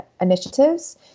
initiatives